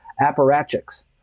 apparatchiks